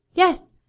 yes.